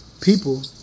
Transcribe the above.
people